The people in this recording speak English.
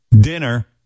dinner